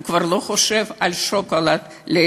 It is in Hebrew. הוא כבר לא חושב על שוקולד לילדים.